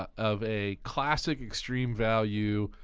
ah of a classic extreme value.